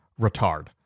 retard